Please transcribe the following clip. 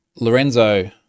Lorenzo